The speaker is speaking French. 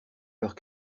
leurs